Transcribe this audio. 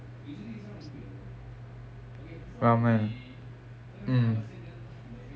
mm